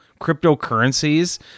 cryptocurrencies